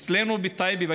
אצלנו בטייבה,